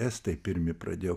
estai pirmi pradėjo